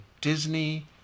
Disney